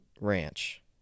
ranch